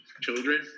children